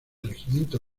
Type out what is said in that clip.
regimiento